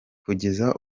kugeza